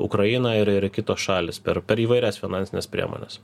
ukraina ir ir kitos šalys per per įvairias finansines priemones